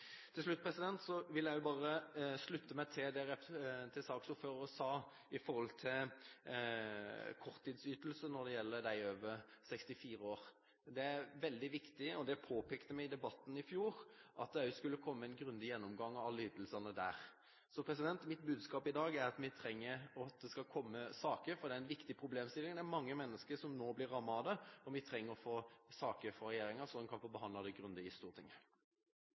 sa om korttidsytelse når det gjelder dem over 64 år. Det er veldig viktig, og det påpekte vi i debatten i fjor, at det også skulle komme en grundig gjennomgang av alle ytelsene der. Så mitt budskap i dag er at vi trenger at det kommer saker, for det er en viktig problemstilling. Det er mange mennesker som nå blir rammet av dette, og vi trenger å få saker fra regjeringen, så en kan få behandlet dette grundig i Stortinget.